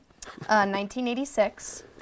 1986